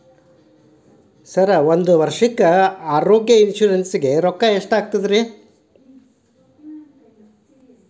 Sir ಒಂದು ವರ್ಷಕ್ಕೆ ಆರೋಗ್ಯ ಇನ್ಶೂರೆನ್ಸ್ ಗೇ ರೊಕ್ಕಾ ಎಷ್ಟಾಗುತ್ತೆ ಸರ್?